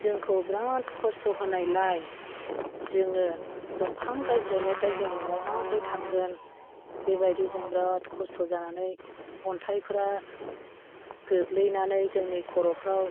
जोंखौ बिराद खस्थ' होनायलाय जोङो दंफां गायज्रायनिफ्राय जों न'आव माब्रै थांगोन बेबादि जों बिराद खस्थ' जानानै अन्थायफ्रा गोग्लैनानै जोंनि खर'फ्राव